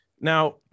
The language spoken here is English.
Now